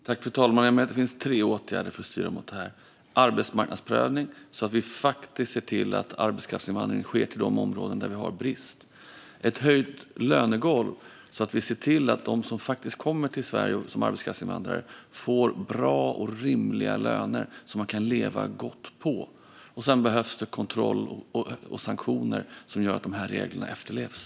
Fru talman! Jag menar att det finns tre åtgärder för att styra mot det här. Det är arbetsmarknadsprövning, så att vi ser till att arbetskraftsinvandring faktiskt sker till de områden där vi har brist. Det är också ett höjt lönegolv, så att vi ser till att de som kommer till Sverige som arbetskraftsinvandrare får bra och rimliga löner som man kan leva gott på. Det behövs dessutom kontroll och sanktioner som gör att de här reglerna efterlevs.